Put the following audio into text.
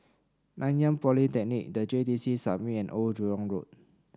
Nanyang Polytechnic The J T C Summit and Old Jurong Road